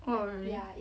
oh really